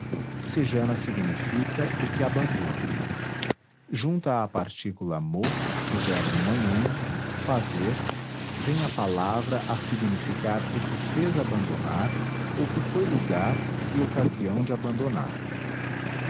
cejana significa o que abandona junta à partícula mo do verbo monhang fazer vem a palavra a significar o que fez abandonar ou que foi lugar e ocasião de abandonar